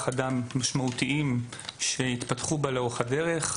אדם משמעותיים שהתפתחו בה לאורך הדרך,